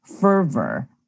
fervor